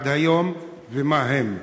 ועד היום, ומהם?